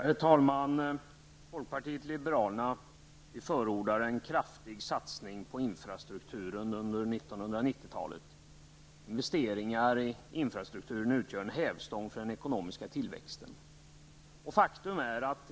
Herr talman! Folkpartiet liberalerna förordar en kraftig satsning på infrastrukturen under 1990 talet. Investeringar i infrastrukturen utgör en hävstång för den ekonomiska tillväxten.